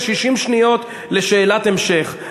יש 60 שניות לשאלת המשך,